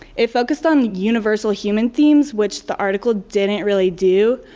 it focused on universal human themes which the article didn't really do.